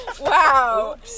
Wow